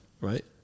Right